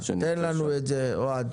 תן לנו את זה, אוהד.